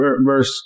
verse